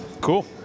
Cool